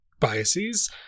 biases